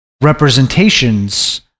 representations